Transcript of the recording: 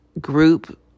group